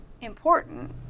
important